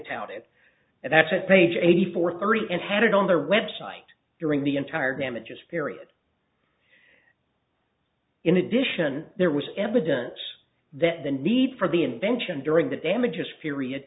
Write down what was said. page eighty four thirty and had it on their website during the entire damages period in addition there was evidence that the need for the invention during the damages period